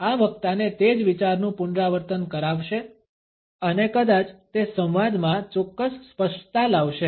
આ વક્તાને તે જ વિચારનું પુનરાવર્તન કરાવશે અને કદાચ તે સંવાદમાં ચોક્કસ સ્પષ્ટતા લાવશે